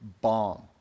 bomb